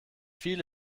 viele